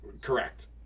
Correct